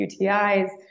UTIs